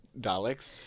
Daleks